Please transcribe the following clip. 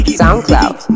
soundcloud